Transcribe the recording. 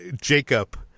Jacob